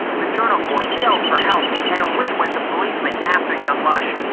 the journal boy yelled for help and away went the policeman after young mush.